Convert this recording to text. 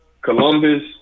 columbus